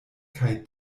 kaj